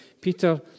Peter